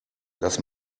das